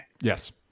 Yes